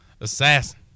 Assassin